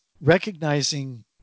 recognizing